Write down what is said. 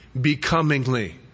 becomingly